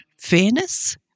fairness